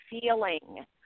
feeling